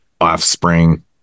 offspring